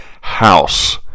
house